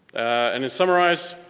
and to summarize,